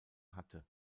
hatte